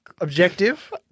objective